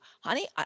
honey